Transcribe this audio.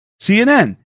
CNN